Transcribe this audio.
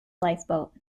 lifeboat